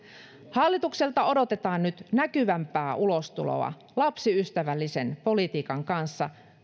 hallitukselta odotetaan nyt näkyvämpää ulostuloa lapsiystävällisen politiikan kanssa